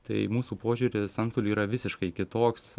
tai mūsų požiūris antstoliui yra visiškai kitoks